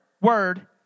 word